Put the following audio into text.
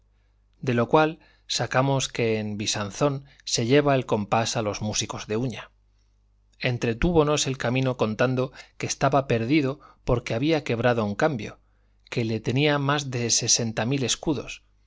de lo cual sacamos que en visanzón se lleva el compás a los músicos de uña entretúvonos el camino contando que estaba perdido porque había quebrado un cambio que le tenía más de sesenta mil escudos